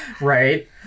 Right